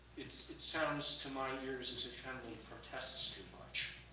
it sounds to my ears as a family protests too much.